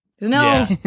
No